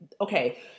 okay